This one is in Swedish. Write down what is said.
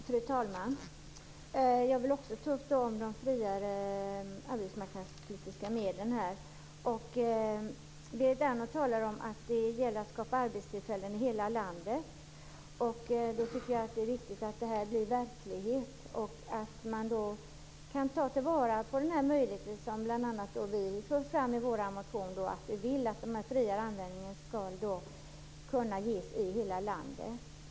Fru talman! Jag vill också ta upp de friare arbetsmarknadspolitiska medlen. Berit Andnor talar om att det gäller att skapa arbetstillfällen i hela landet. Jag tycker att det är viktigt att det här blir verklighet, och då kan man ta vara på den möjlighet som bl.a. vi för fram i vår motion, nämligen att den friare användningen skall kunna ges i hela landet.